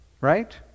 Right